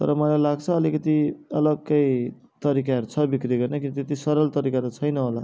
तर मलाई लाग्छ अलिकति अलग्गै तरिकाहरू छ बिक्री गर्ने किन त्यति सरल तरिकाहरू छैन होला